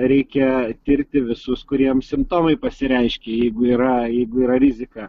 reikia tirti visus kuriem simptomai pasireiškia jeigu yra jeigu yra rizika